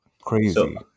crazy